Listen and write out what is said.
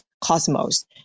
Cosmos